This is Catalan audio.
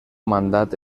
mandat